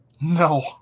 No